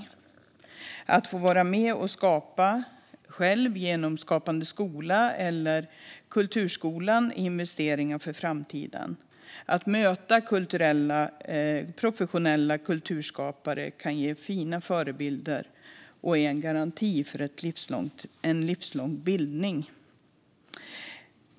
Att de själva får vara med och skapa genom Skapande skola eller i kulturskolan är investeringar för framtiden. Att möta professionella kulturskapare kan ge fina förebilder och är en garanti för en livslång bildning.